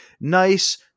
nice